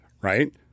right